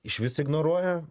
išvis ignoruoja